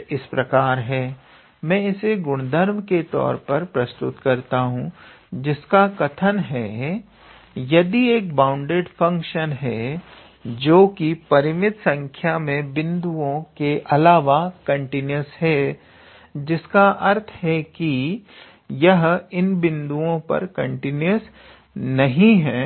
result इस प्रकार है मैं इसे गुणधर्म के तौर पर प्रस्तुत करता हूं किसका कथन है यदि एक बाउंडेड फंक्शन है जो कि परिमित संख्या में बिंदुओं के अलावा कंटीन्यूअस है जिसका अर्थ है कि यह इन बिंदुओं पर कंटीन्यूअस नहीं है